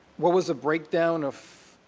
what was the breakdown of